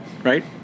Right